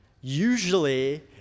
usually